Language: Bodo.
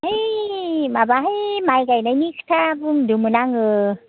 ओइ माबाहाय माइ गायनायनि खोथा बुंदोंमोन आङो